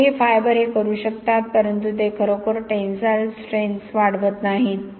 मोठे फायबर हे करू शकतात परंतु ते खरोखर टेन्साइल स्ट्रेन्थ्स वाढवत नाहीत